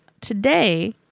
today